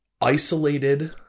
isolated